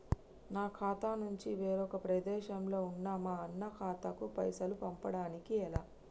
నా ఖాతా నుంచి వేరొక ప్రదేశంలో ఉన్న మా అన్న ఖాతాకు పైసలు పంపడానికి ఎలా?